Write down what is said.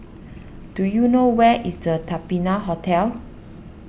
do you know where is the Patina Hotel